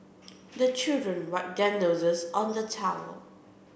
the children wipe their noses on the towel